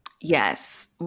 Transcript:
Yes